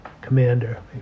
commander